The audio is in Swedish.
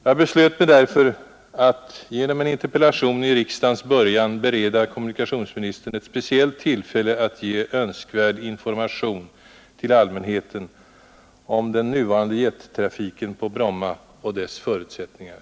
Jag beslöt mig därför att genom en interpellation vid riksdagens början i år bereda kommunikationsministern ett speciellt tillfälle att ge önskvärd information till allmänheten om den nuvarande jettrafiken på Bromma och dess förutsättningar.